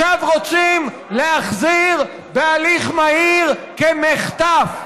עכשיו רוצים להחזיר בהליך מהיר כמחטף.